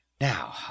Now